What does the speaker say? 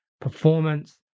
performance